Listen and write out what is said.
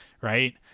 right